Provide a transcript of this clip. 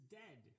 dead